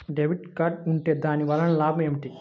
Debit card ఉంటే దాని వలన లాభం ఏమిటీ?